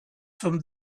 from